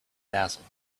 dazzled